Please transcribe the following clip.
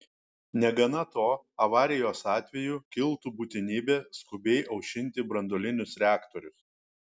negana to avarijos atveju kiltų būtinybė skubiai aušinti branduolinius reaktorius